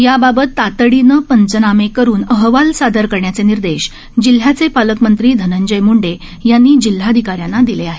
याबाबत तातडीने पंचनामे करून अहवाल सादर करण्याचे निर्देश जिल्ह्याचे पालकमंत्री धनंजय म्ंडे यांनी जिल्हाधिकाऱ्यांना दिले आहेत